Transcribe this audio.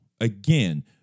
Again